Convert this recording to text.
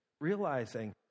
realizing